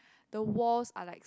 the walls are like